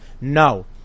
no